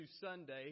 Sunday